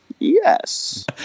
Yes